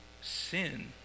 sin